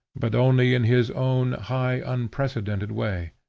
but only in his own high unprecedented way.